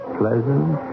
pleasant